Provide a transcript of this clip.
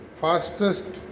fastest